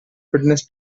fitness